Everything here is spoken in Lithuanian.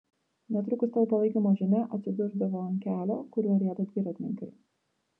netrukus tavo palaikymo žinia atsidurdavo ant kelio kuriuo rieda dviratininkai